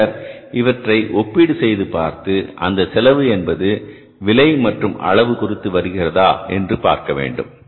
பின்னர் இவற்றை ஒப்பீடு செய்து பார்த்து அந்த செலவு என்பது விலை மற்றும் அளவு குறித்து வருகிறதா என்று பார்க்க வேண்டும்